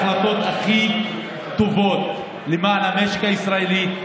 החלטות הכי טובות למען המשק הישראלי,